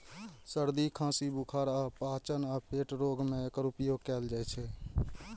सर्दी, खांसी, बुखार, पाचन आ पेट रोग मे एकर उपयोग कैल जाइ छै